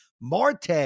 Marte